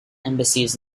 embassies